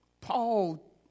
Paul